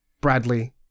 Bradley